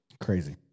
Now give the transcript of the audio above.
Crazy